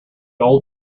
old